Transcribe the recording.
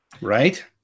Right